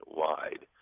wide